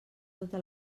tota